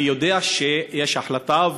אני יודע שיש החלטה,